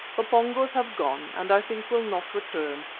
the pongos have gone and i think will not return,